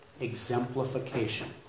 exemplification